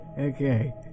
Okay